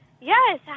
Yes